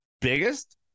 biggest